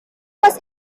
was